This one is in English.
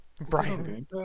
Brian